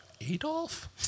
Adolf